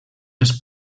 els